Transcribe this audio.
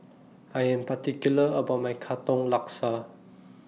I Am particular about My Katong Laksa